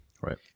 right